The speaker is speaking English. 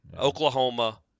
Oklahoma